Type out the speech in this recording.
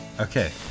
Okay